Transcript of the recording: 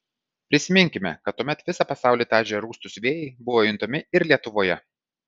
prisiminkime kad tuomet visą pasaulį talžę rūstūs vėjai buvo juntami ir lietuvoje